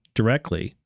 directly